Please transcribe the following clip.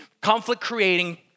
conflict-creating